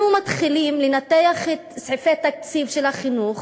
אנחנו מתחילים לנתח את סעיפי התקציב של החינוך